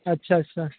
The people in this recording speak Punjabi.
ਅੱਛਾ ਅੱਛਾ